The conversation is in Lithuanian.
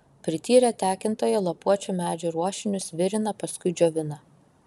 prityrę tekintojai lapuočių medžių ruošinius virina paskui džiovina